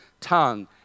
tongue